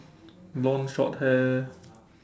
blonde short hair